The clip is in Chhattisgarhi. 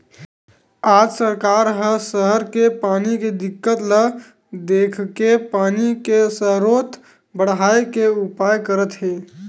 आज सरकार ह सहर के पानी के दिक्कत ल देखके पानी के सरोत बड़हाए के उपाय करत हे